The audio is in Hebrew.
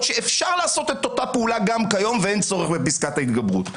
שאפשר לעשות אותה פעולה גם כיום ואין צורך בפסקת ההתגברות.